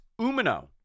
Umino